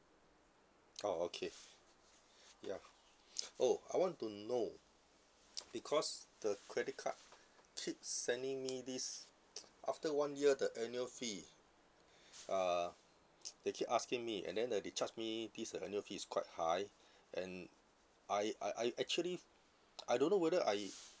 oh okay ya oh I want to know because the credit card keep sending me this after one year the annual fee uh they keep asking me and then uh they charge me this uh annual fee is quite high and I I I actually I don't know whether I